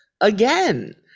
again